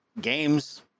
games